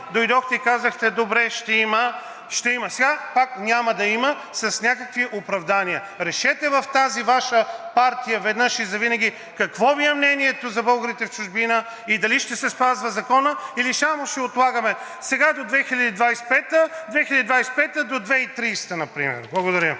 дойдохте и казахте: „Добре, ще има, ще има“, сега пак няма да има с някакви оправдания. Решете в тази Ваша партия веднъж и завинаги какво Ви е мнението за българите в чужбина и дали ще се спазва законът или само ще отлагаме – сега до 2025 г., а в 2025-а до 2030 г. например. Благодаря.